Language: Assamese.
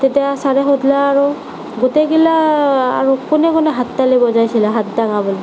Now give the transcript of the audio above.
তেতিয়া ছাৰে সোধলে আৰু গোটেইগিলা আৰু কোনে কোনে হাততালি বজাইছিলা হাত দাঙা বুলি